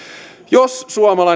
jos suomalainen